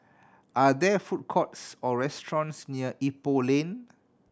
are there food courts or restaurants near Ipoh Lane